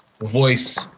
voice